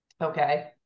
Okay